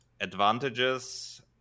advantages